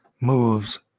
moves